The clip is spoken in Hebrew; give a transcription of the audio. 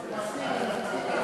מסכים.